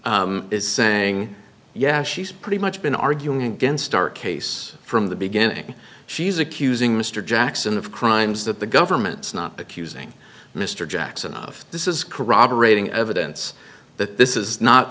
is saying yeah she's pretty much been arguing against our case from the beginning she's accusing mr jackson of crimes that the government's not accusing mr jackson of this is corroborating evidence that this is not